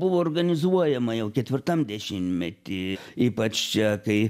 buvo organizuojama jau ketvirtam dešimtmety ypač čia kai